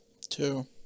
Two